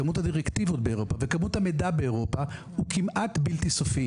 כמות הדירקטיבות באירופה וכמות המידע באירופה הוא כמעט בלתי סופי